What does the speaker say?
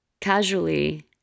Casually